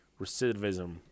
recidivism